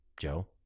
joe